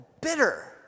bitter